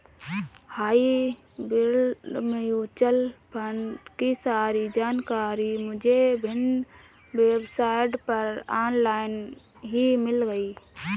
hybrid mutual fund की सारी जानकारी मुझे विभिन्न वेबसाइट पर ऑनलाइन ही मिल गयी